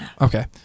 okay